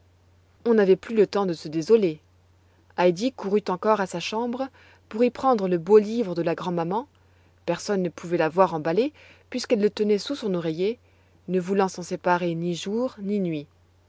on n'avait plus le temps de se désoler heidi courut encore à sa chambre pour y prendre le beau livre de la grand'maman personne ne pouvait l'avoir emballé puisqu'elle le tenait sous son oreiller ne voulant s'en séparer ni jour ni nuit